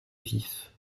vif